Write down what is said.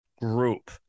group